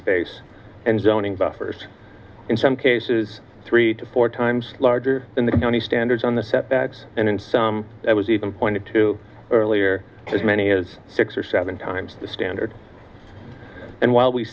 space and zoning buffers in some cases three to four times larger than the county standards on the set and in some it was even pointed to earlier as many as six or seven times the standard and while we